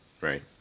Right